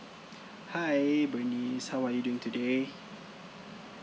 hi bernice how are you doing today